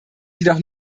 jedoch